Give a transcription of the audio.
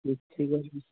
କିଛି କରି ନାଇଁ